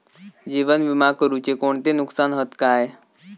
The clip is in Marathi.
जीवन विमा करुचे कोणते नुकसान हत काय?